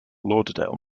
lauderdale